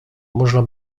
można